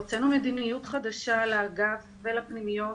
הוצאנו מדיניות חדשה לאגף ולפנימיות,